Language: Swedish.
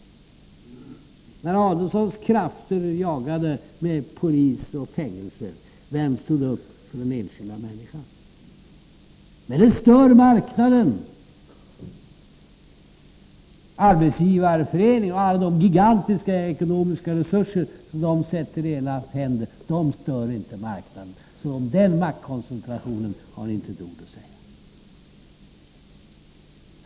När Adelsohns krafter jagade med polis och fängelser, vem stod upp för den enskilda människan? Men sådant ”stör marknaden”. Arbetsgivareföreningen och alla de gigantiska ekonomiska resurser som den sätter i era händer stör inte marknaden, så om den maktkoncentrationen har ni inte ett ord att säga.